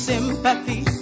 Sympathy